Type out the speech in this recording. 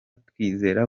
twizere